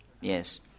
yes